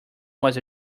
was